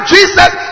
Jesus